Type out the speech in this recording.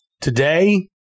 Today